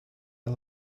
are